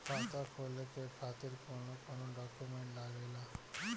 खाता खोले के खातिर कौन कौन डॉक्यूमेंट लागेला?